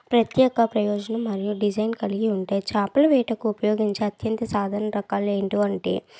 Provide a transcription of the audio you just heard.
ప్రత్యేక ప్రయోజనం మరియు డిజైన్ కలిగి ఉంటాయి చేపల వేటకు ఉపయోగించే అత్యంత సాధారణ రకాలు ఏంటి అంటే